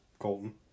colton